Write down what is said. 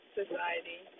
society